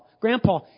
grandpa